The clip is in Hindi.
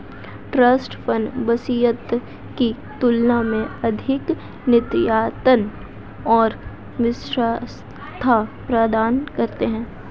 ट्रस्ट फंड वसीयत की तुलना में अधिक नियंत्रण और विशिष्टता प्रदान करते हैं